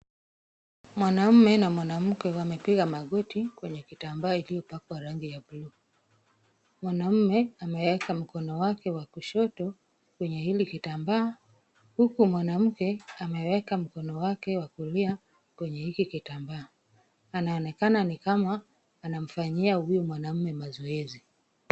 Mwanamume na mwanamke wamepiga magoti kwenye kitambaa iliyopakwa rangi ya buluu. Mwanamume ameweka mkono wake wa kushoto kwenye hili kitambaa huku mwanamke ameweka mkono wake wa kulia kwenye hiki kitambaa. Anaonekana ni kama anamfanyia huyu mwanamume mazoezi.